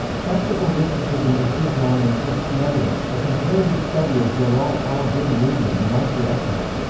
practical mysticism in islam and christianity a comparative study of jalal al-din rumi and meister eckhart.